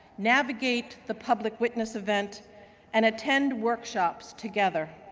navigate the public witness event and attend workshops together.